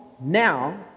now